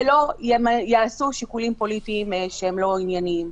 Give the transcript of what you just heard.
ולא יעשו שיקולים פוליטיים לא ענייניים.